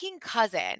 cousin